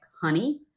honey